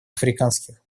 африканских